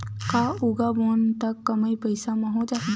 का उगाबोन त कम पईसा म हो जाही?